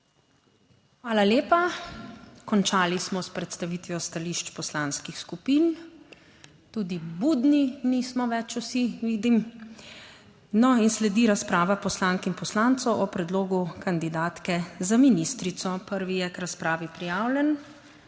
Hvala lepa. Končali smo s predstavitvijo stališč poslanskih skupin. Tudi budni nismo več vsi, vidim, no in sledi razprava poslank in poslancev o predlogu kandidatke za ministrico. Prvi je k razpravi prijavljen